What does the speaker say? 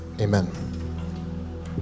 Amen